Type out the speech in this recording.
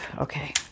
okay